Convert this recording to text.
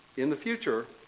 in the future,